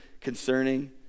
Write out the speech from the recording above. concerning